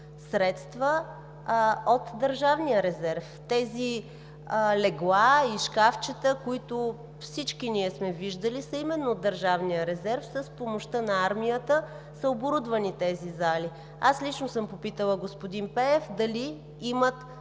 средства от Държавния резерв. Леглата и шкафчетата, които всички ние сме виждали, също са от Държавния резерв. С помощта на армията са оборудвани тези зали. Аз лично съм питала господин Пеев дали имат